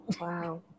Wow